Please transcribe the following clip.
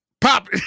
pop